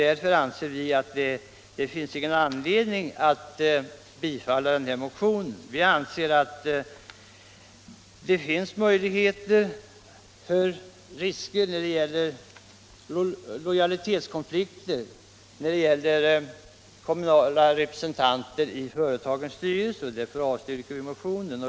Vi anser att det inte går att bortse från risken för lojalitetskonflikter när det gäller kommunala representanter i företagens styrelser och avstyrker därför motionen.